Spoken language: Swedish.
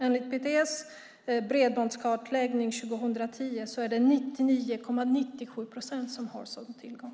Enligt PTS bredbandskartläggning 2010 är det 99,97 procent som har sådan tillgång.